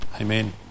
amen